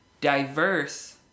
diverse